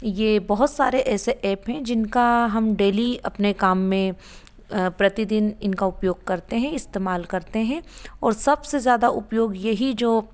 ये बहुत सारे ऐसे एप है जिनका हम डेली अपने काम में प्रति दिन इनका उपयोग करते हैं इस्तेमाल करते हैं और सबसे ज़्यादा उपयोग यही जो